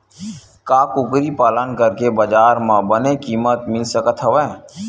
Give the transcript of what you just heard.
का कुकरी पालन करके बजार म बने किमत मिल सकत हवय?